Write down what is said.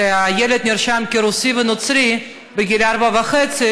שהילד נרשם כרוסי ונוצרי בגיל 4.5,